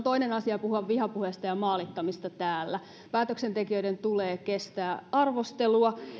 toinen asia puhua vihapuheesta ja maalittamisesta täällä päätöksentekijöiden tulee kestää arvostelua